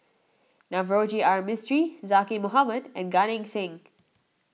Navroji R Mistri Zaqy Mohamad and Gan Eng Seng